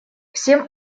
всем